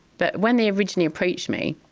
but when they originally approached me,